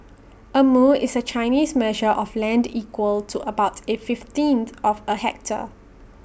A mu is A Chinese measure of land equal to about A fifteenth of A hectare